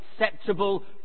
acceptable